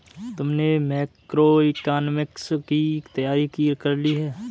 तुमने मैक्रोइकॉनॉमिक्स की तैयारी कर ली?